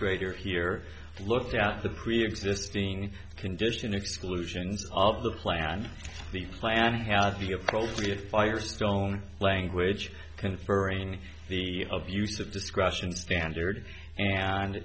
administrator here looked at the preexisting condition exclusions of the plan the plan has the appropriate firestone language conferring the abuse of discretion standard and